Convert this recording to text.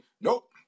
nope